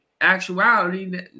actuality